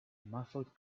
muffled